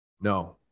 No